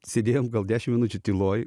sėdėjom gal dešim minučių tyloj